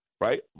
right